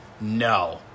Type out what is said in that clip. No